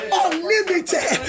unlimited